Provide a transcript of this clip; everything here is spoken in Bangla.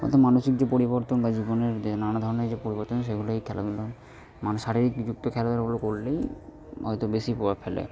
হয়তো মানসিক যে পরিবর্তন বা জীবনের যে নানা ধরনের যে পরিবর্তন সেগুলো এই খেলাধুলোর মানে শারীরিক যুক্ত খেলা ওগুলো করলেই হয়তো বেশি প্রভাব ফেলে